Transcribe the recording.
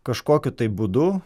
kažkokiu tai būdu